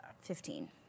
Fifteen